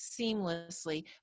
seamlessly